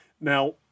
Now